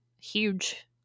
huge